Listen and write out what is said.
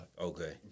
Okay